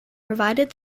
provided